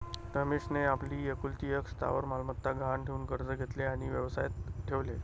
रमेशने आपली एकुलती एक स्थावर मालमत्ता गहाण ठेवून कर्ज घेतले आणि व्यवसायात ठेवले